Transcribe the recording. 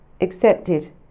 accepted